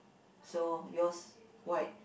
so yours white